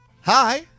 Hi